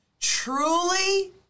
truly